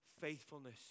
faithfulness